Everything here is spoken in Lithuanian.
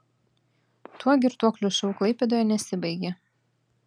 tuo girtuoklių šou klaipėdoje nesibaigė